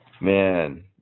Man